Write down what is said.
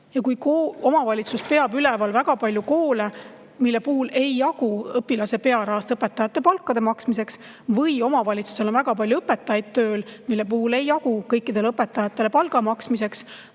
Ja kui omavalitsus peab üleval väga palju koole, mille puhul ei jagu õpilase pearahast õpetajate palkade maksmiseks, või omavalitsustel on väga palju õpetajaid tööl, mille puhul ei jagu kõikidele õpetajatele palga maksmiseks,